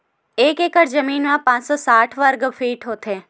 एक एकड़ जमीन मा पांच सौ साठ वर्ग फीट होथे